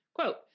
Quote